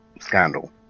scandal